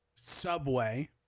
Subway